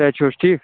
صحت چھُو حظ ٹھیٖک